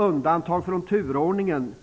Undantag från turordningen